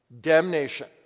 damnation